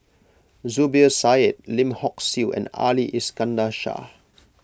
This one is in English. Zubir Said Lim Hock Siew and Ali Iskandar Shah